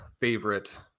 favorite